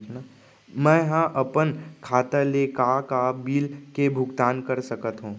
मैं ह अपन खाता ले का का बिल के भुगतान कर सकत हो